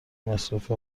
مصرف